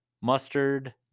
Mustard